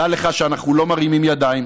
דע לך שאנחנו לא מרימים ידיים,